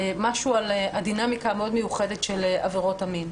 משהו על הדינמיקה המיוחדת מאוד של עבירות המין.